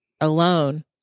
alone